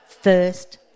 first